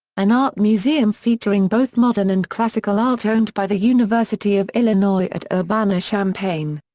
an art museum featuring both modern and classical art owned by the university of illinois at urbana-champaign.